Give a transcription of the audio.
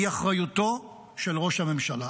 היא אחריותו של ראש הממשלה.